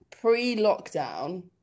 pre-lockdown